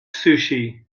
sushi